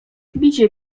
bicie